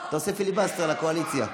אתה עושה פיליבסטר לקואליציה.